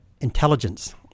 intelligence